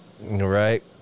right